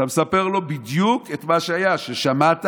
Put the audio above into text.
אתה מספר לו בדיוק את מה שהיה, ששמעת